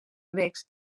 grecs